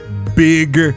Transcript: Big